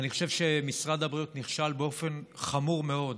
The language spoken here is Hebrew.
אני חושב שמשרד הבריאות נכשל באופן חמור מאוד